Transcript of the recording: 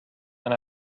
and